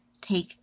Take